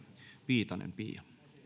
viitanen pia